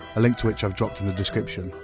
a link to which i've dropped in the description.